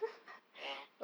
ya